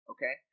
Okay